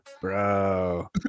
bro